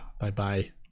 Bye-bye